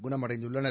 குணமடைந்துள்ளனர்